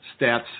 stats